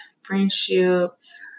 friendships